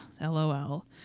LOL